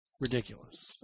ridiculous